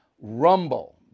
rumble